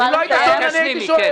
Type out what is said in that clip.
אם לא היית שואל, אני הייתי שואל.